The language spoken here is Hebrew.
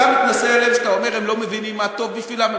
אתה מתנשא עליהם כשאתה אומר: הם לא מבינים מה טוב בשבילם,